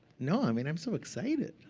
no. i mean, i'm so excited.